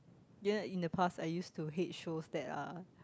ye in the past I used to hate shows that are